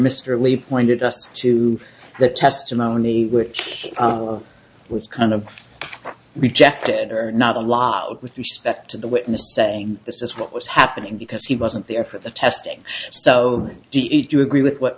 mr lee pointed us to that testimony which was kind of rejected or not a law with respect to the witness saying this is what was happening because he wasn't there for the testing so do you agree with what